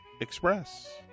Express